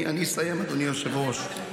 אני אסיים, אדוני היושב-ראש.